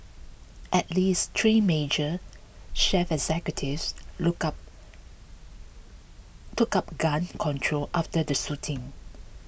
at least three major chief executives look up took up gun control after the shooting